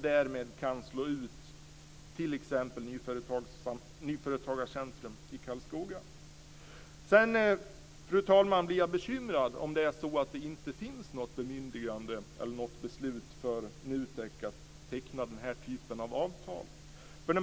Därmed kan man slå ut t.ex. Nyföretagarcentrum i Karlskoga. Sedan, fru talman, blir jag bekymrad om det är så att det inte finns något bemyndigande eller något beslut för NUTEK att teckna den här typen av avtal.